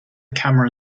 camera